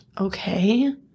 Okay